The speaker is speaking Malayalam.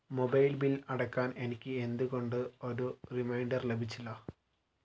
മൊബൈൽ ബിൽ അടയ്ക്കാൻ എനിക്ക് എന്തുകൊണ്ട് ഒരു റിമൈൻഡർ ലഭിച്ചില്ല